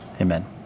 Amen